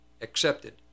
accepted